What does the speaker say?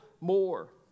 more